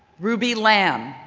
ruby lamb,